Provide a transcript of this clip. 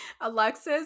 Alexis